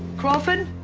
crawford?